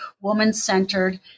woman-centered